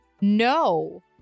No